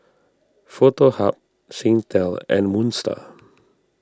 Foto Hub Singtel and Moon Star